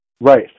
Right